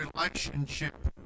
relationship